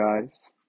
guys